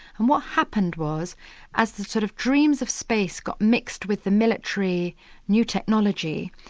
and what happened was as the sort of dreams of space got mixed with the military new technology,